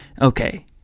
Okay